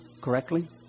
correctly